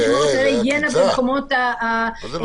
לשמור על כללי היגיינה במקומות הבנייה.